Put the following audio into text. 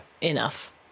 Enough